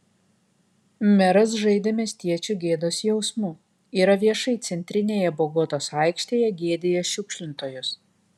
meras žaidė miestiečių gėdos jausmu yra viešai centrinėje bogotos aikštėje gėdijęs šiukšlintojus